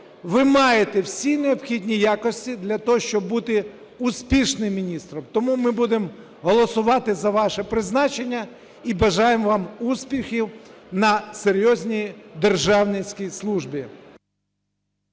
ви маєте всі необхідні якості для того, щоб бути успішним міністром. Тому ми будемо голосувати за ваше призначення. І бажаємо вам успіхів на серйозній державницькій службі.